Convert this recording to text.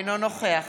אינו נוכח